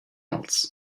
else